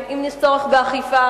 אם יש צורך באכיפה,